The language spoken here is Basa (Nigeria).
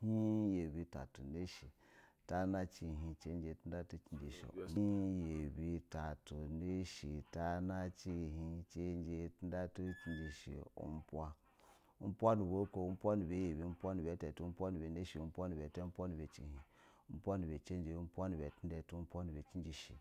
Hin, yabi, tatu, nashɛ, tana, cihin, cijaja, tunilatu, cinjishe, upan, hin, yabi, tatu, nashɛ, tana, cihin cinji, tundatu, ciji she, upan, upan nuba uko, upan nuba yabi, upu, nu ba hatu, upuaa, nuba nashɛ, uwa nuba ita, upwa nuba cihin, upwa nuba cijija, upwa na ba tudatu, upwa nuba cishɛ,